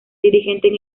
dirigentes